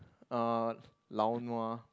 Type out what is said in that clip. uh lao nua